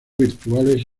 virtuales